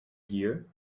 here